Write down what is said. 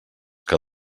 que